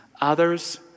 others